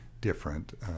different